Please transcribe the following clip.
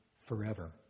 forever